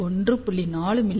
4 மி